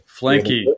Flanky